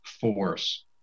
force